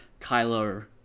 Kylo